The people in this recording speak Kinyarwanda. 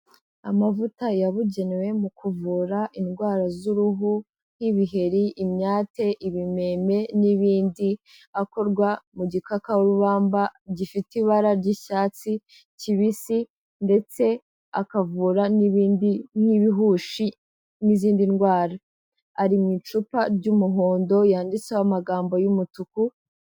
Amavuta yabugenewe mu kuvura indwara z'uruhu nk'ibiheri, imyate, ibimeme n'ibindi, akorwa mu gikakarubamba gifite ibara ry'icyatsi kibisi ndetse akavura n'ibindi nk'ibihushi n'izindi ndwara, ari mu icupa ry'umuhondo yanditseho amagambo y'umutuku.